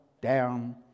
down